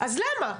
אז למה?